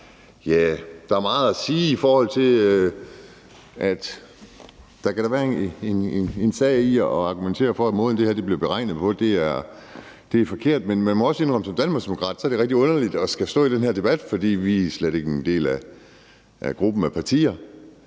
Der er meget sige i forhold til, at der da kan være en sag i at argumentere for, at måden, det her bliver beregnet på, er forkert, men man må også som danmarksdemokrat indrømme, at det er rigtig underligt at skulle stå i den her debat, fordi vi slet ikke er en del af gruppen af partier,